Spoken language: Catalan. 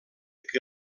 que